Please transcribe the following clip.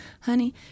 honey